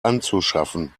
anzuschaffen